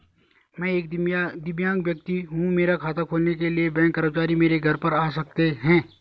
मैं एक दिव्यांग व्यक्ति हूँ मेरा खाता खोलने के लिए बैंक कर्मचारी मेरे घर पर आ सकते हैं?